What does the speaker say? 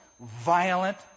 violent